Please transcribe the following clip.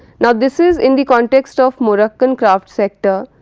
now this is in the context of moroccan craft sector,